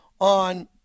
on